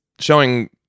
Showing